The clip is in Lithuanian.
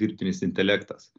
dirbtinis intelektas